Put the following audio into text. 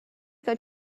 got